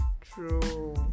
True